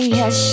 yes